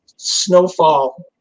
snowfall